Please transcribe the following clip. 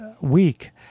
week